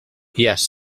yes